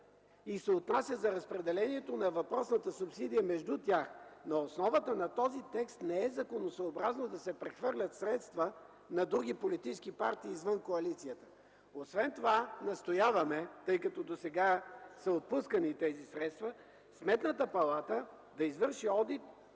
и се отнася за разпределението на въпросната субсидия между тях. На основата на този текст не е законосъобразно да се прехвърлят средства на други политически партии извън коалицията. Освен това настояваме, тъй като досега са отпускани тези средства, Сметната палата да извърши одит